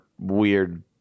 weird